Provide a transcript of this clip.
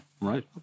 right